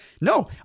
No